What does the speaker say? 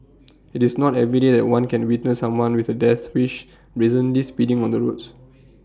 IT is not everyday that one can witness someone with A death wish brazenly speeding on the roads